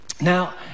Now